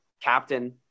captain